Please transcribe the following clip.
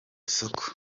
soko